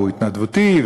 הוא התנדבותי,